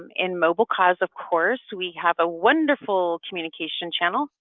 um in mobilecause of course, we have a wonderful communication channel,